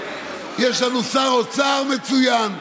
על הסוגיות הבוערות,